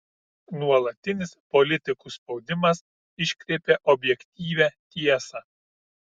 nuolatinis politikų spaudimas iškreipia objektyvią tiesą